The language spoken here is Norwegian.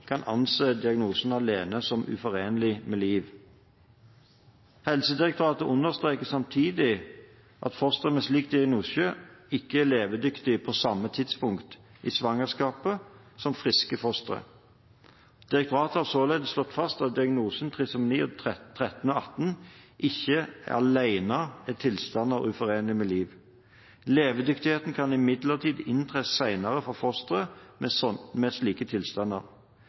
kan anse diagnosene alene som uforenelige med liv». Helsedirektoratet understreket samtidig at fostre med slik diagnose «ikke er levedyktige på samme tidspunkt» i svangerskapet som friske fostre. Direktoratet har således slått fast at diagnosene trisomi 13 og trisomi 18 ikke alene er tilstander uforenelige med liv. Levedyktigheten kan imidlertid inntre senere for fostre med slike tilstander. Derfor kan abort være tillatt på et senere tidspunkt enn 22 uker for slike